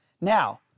Now